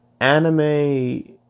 anime